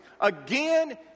again